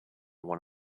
one